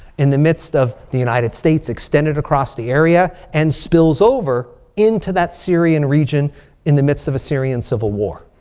in the midst of the united states extended across the area. and spills over into that syrian region in the midst of a syrian civil war.